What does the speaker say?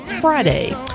friday